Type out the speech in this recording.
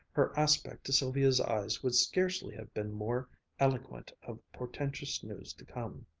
her aspect to sylvia's eyes would scarcely have been more eloquent of portentous news to come.